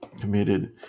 committed